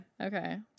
Okay